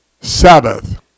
Sabbath